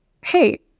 hey